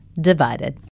divided